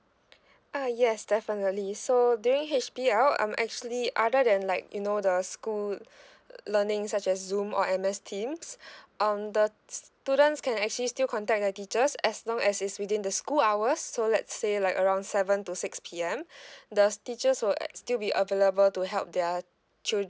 uh yes definitely so during H_B_L um actually other than like you know the school learning such as zoom or M_S teams um the students can actually still contact their teachers as long as it's within the school hours so let's say like around seven to six P_M the teachers will still be available to help their chil~